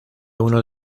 uno